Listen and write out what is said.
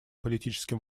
политическим